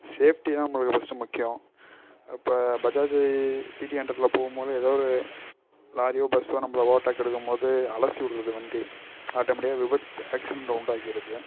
safety தான் நம்மளுக்கு first முக்கியம் இப்போ பஜாஜி சிடி ஹுன்ட்ரேட்குள்ள போவும்போது எதோ ஒரு லாரியோ பஸ்ஸோ நம்பளை ஓவர்டேக் எடுக்கும்போது அலசி விடுறது வண்டி ஆட்டோமெட்டிக்காக விபத்து ஆக்சிடென்ட்டை உண்டாக்கிறது